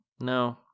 No